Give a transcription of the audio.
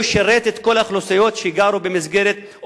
הוא שירת את כל האוכלוסיות שגרו במסגרת,